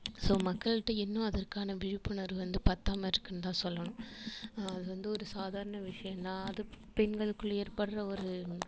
so மக்கள்கிட்ட இன்னும் அதற்கான விழிப்புணர்வு வந்து பத்தாமல் இருக்குதுன்னு தான் சொல்லணும் அது வந்து ஒரு சாதாரண விஷயம்னா அது பெண்களுக்குள்ளே ஏற்படுற ஒரு